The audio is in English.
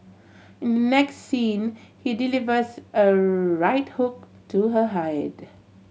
in the next scene he delivers a right hook to her head